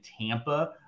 Tampa